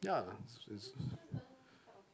yeah lah it's it's